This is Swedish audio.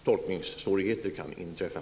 Tolkningssvårigheter kan inträffa.